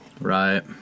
Right